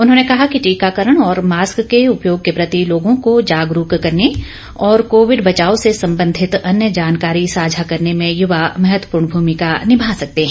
उन्होंने कहा कि टीकाकरण और मास्क के उपयोग के प्रति लोगों को जागरूक करने और कोविड बचाओ से संबंधित अन्य जानकारी साझा करने में युवा महत्वपूर्ण भूमिका निमा सकते हैं